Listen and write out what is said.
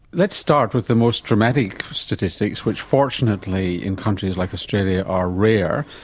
let's start with the most dramatic statistics which fortunately in countries like australia are rare,